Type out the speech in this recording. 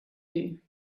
you